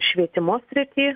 švietimo sritį